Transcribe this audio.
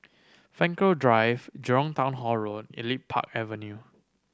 Frankel Drive Jurong Town Hall Road Elite Park Avenue